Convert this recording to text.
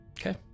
Okay